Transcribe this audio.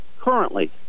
currently